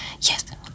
Yes